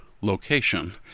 location